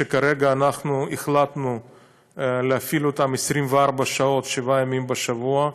וכרגע אנחנו החלטנו להפעיל אותם 24 שעות שבעה ימים בשבוע,